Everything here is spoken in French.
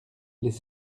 les